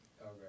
Okay